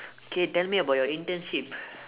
K tell me about your internship